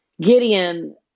Gideon